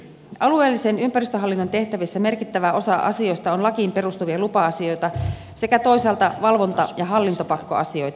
alueellisen ympäristöhallinnon tehtävissä merkittävä osa asioista on lakiin perustuvia lupa asioita sekä toisaalta valvonta ja hallintopakkoasioita